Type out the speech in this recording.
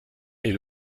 est